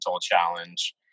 challenge